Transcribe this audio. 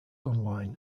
online